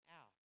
out